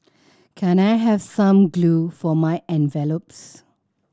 can I have some glue for my envelopes